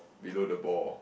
below the ball